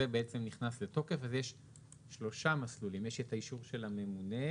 נכנס לתוקף אז יש שלושה מסלולים: יש את האישור של הממונה,